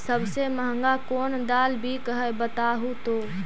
सबसे महंगा कोन दाल बिक है बताहु तो?